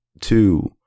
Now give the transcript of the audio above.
two